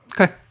Okay